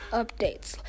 updates